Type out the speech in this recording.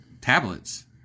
Tablets